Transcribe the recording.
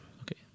Okay